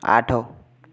ଆଠ